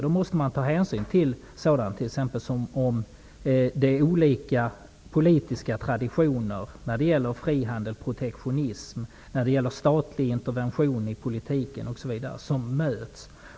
Då måste man ta hänsyn till t.ex. olika politiska traditioner när det gäller frihandel, protektionism, statlig intervention i politiken osv.